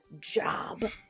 job